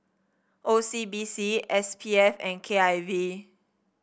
O C B C S P F and K I V